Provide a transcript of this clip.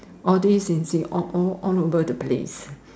all this this all all all over the place